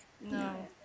No